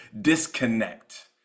disconnect